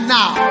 now